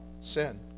sin